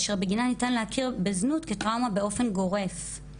אשר בגינה ניתן להכיר בזנות כטראומה באופן גורף,